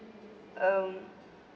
um